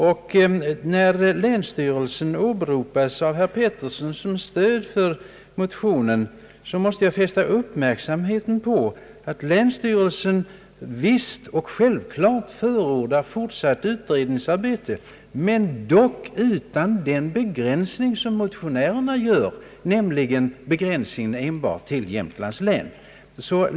När herr Pettersson åberopar länsstyrelsens uppfattning som stöd för sin motion måste jag fästa uppmärksamheten på att länsstyrelsen självklart förordar fortsatt utredningsarbete, dock utan den begränsning som motionären gör, dvs. att kräva en utredning enbart för Jämtlands län.